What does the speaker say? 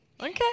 Okay